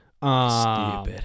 Stupid